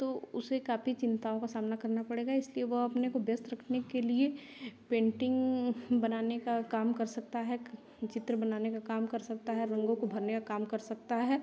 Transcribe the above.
तो उसे काफ़ी चिंताओं का सामना करना पड़ेगा इसलिए वह अपने को व्यस्त रखने के लिए पेंटिंग बनाने का काम कर सकता है चित्र बनाने का काम कर सकता है रंगों को भरने का काम कर सकता है